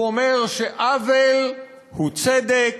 הוא אומר שעוול הוא צדק,